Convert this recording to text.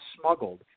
smuggled